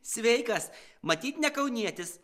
sveikas matyt ne kaunietis